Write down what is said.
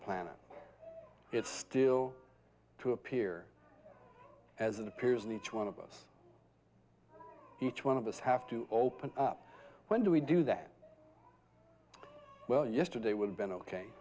planet it's still to appear as it appears in each one of us each one of us have to open up when do we do that well yesterday would've been ok